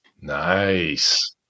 Nice